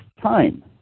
time